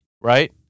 right